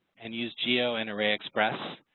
and use geo and arrayexpress